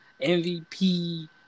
MVP